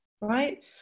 right